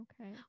Okay